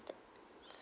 ~ed